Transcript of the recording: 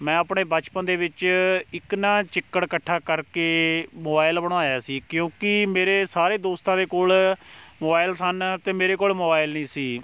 ਮੈਂ ਆਪਣੇ ਬਚਪਨ ਦੇ ਵਿੱਚ ਇੱਕ ਨਾ ਚਿੱਕੜ ਇਕੱਠਾ ਕਰਕੇ ਮੋਬਾਇਲ ਬਣਾਇਆ ਸੀ ਕਿਉਂਕਿ ਮੇਰੇ ਸਾਰੇ ਦੋਸਤਾਂ ਦੇ ਕੋਲ ਮੋਬਾਇਲ ਸਨ ਅਤੇ ਮੇਰੇ ਕੋਲ ਮੋਬਾਇਲ ਨਹੀਂ ਸੀ